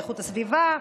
איכות הסביבה.